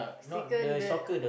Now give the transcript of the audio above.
sticker that